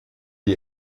die